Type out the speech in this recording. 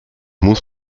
muss